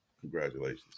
Congratulations